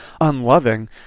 unloving